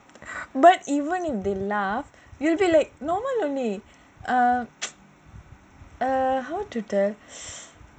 but even if you laugh it will be like normal only err how to tell